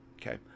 Okay